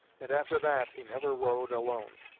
and after that he never rode alone.